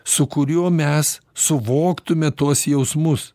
su kuriuo mes suvoktume tuos jausmus